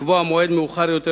לקבוע מועד מאוחר יותר,